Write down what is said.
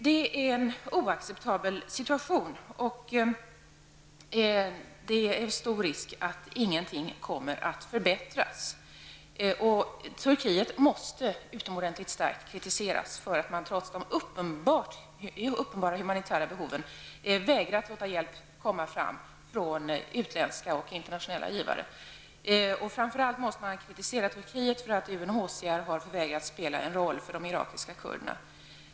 Detta är en oacceptabel situation, och det råder en stor risk att ingenting kommer att förbättras. Turkiet måste kritiseras utomordentligt starkt för att man trots de uppenbara humanitära behoven vägrar att låta hjälp komma fram från utländska och internationella givare. Framför allt måste Turkiet kritiseras för att UNHCR har förvägrats spela en roll för de europeiska kurderna.